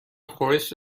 خورشت